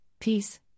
peace